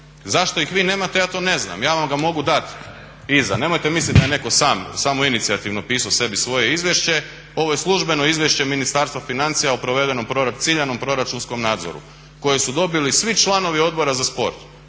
Zašto ih vi nemate ja to ne znam. Ja vam ga mogu dat iza. Nemojte mislit da je netko sam samoinicijativno posao sebi svoje izvješće. Ovo je službeno izvješće Ministarstva financija o provedenom, ciljanom proračunskom nadzoru koje su dobili svi članovi Odbora za sport.